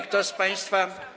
Kto z państwa.